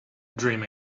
dream